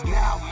now